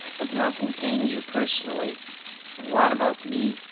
but nothing pained you personally and what about me,